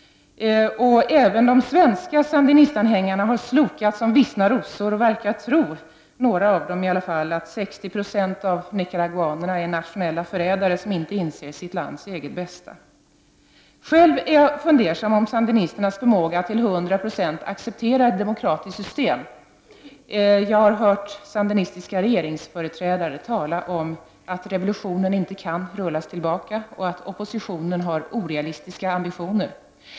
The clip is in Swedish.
Även de svenska sandinistanhängarna har slokat som vissna rosor och verkar tro, några av dem i alla fall, att 60 36 av nicaraguanerna är nationella förrädare som inte inser sitt eget lands bästa. Själv är jag fundersam beträffande sandinisternas förmåga att till 100 70 acceptera ett demokratiskt system. Jag har hört sandinistiska regeringsföreträdare tala om att ”revolutionen inte kan rullas tillbaka” och om att oppositionen har orealistiska ambitioner.